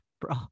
bro